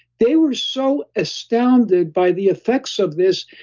they were so astounded by the effects of this,